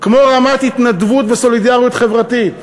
כמו רמת התנדבות וסולידריות חברתית,